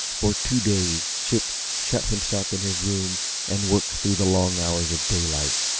for two days chip shut himself in his room and worked through the long hours of daylight,